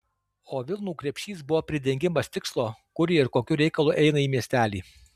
o vilnų krepšys buvo pridengimas tikslo kur ji ir kokiu reikalu eina į miestelį